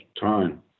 time